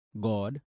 God